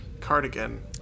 cardigan